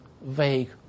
vague